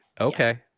Okay